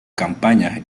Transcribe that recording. campañas